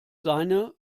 seine